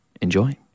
enjoy